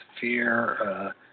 fear